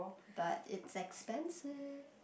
but it's expensive